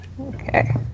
Okay